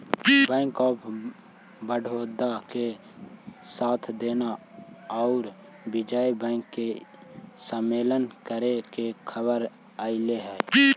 bank of Baroda के साथ देना औउर विजय बैंक के समामेलन करे के खबर अले हई